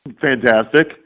fantastic